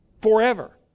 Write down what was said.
Forever